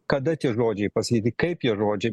kada tie žodžiai pasakyti kaip tie žodžiai